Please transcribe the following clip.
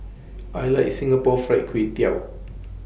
I like Singapore Fried Kway Tiao